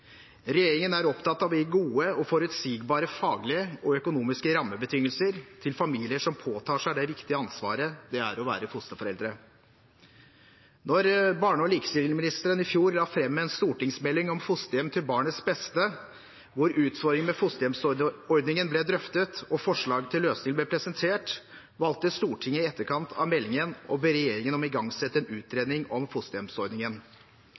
Regjeringen er opptatt av å gi gode og forutsigbare, faglige og økonomiske rammebetingelser til familier som påtar seg det viktige ansvaret det er å være fosterforeldre. Da barne- og likestillingsministeren i fjor la fram en stortingsmelding om fosterhjem til barns beste, hvor utfordringer med fosterhjemsordningen ble drøftet og forslag til løsninger ble presentert, valgte Stortinget i etterkant av meldingen å be regjeringen om å igangsette en utredning av fosterhjemsordningen.